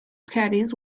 caddies